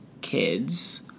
kids